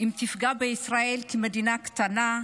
אם תפגע בישראל, מדינה קטנה,